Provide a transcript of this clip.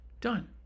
done